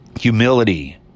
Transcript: humility